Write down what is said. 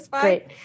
Great